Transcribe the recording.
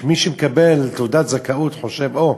מי שמקבל תעודת זכאות חושב: הו,